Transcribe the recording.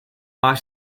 máš